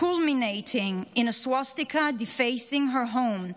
culminating in a swastika defacing her home,